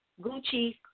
Gucci